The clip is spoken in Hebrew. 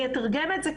אני אתרגם את זה,